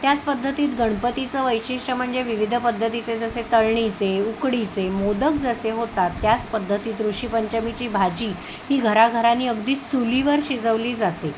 त्याच पद्धतीत गणपतीचं वैशिष्ट्य म्हणजे विविध पद्धतीचे जसे तळणीचे उकडीचे मोदक जसे होतात त्याच पद्धतीत ऋषी पंचमीची भाजी ही घराघरांनी अगदी चुलीवर शिजवली जाते